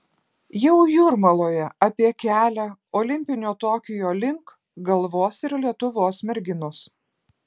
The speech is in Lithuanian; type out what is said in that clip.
jau jūrmaloje apie kelią olimpinio tokijo link galvos ir lietuvos merginos